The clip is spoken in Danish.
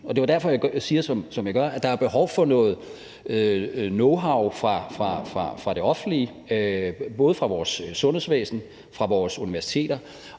Og det er derfor, jeg siger, som jeg gør, nemlig at der er behov for noget knowhow fra det offentlige, både fra vores sundhedsvæsen og fra vores universiteter,